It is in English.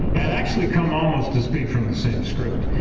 had actually come almost to speak from the same script.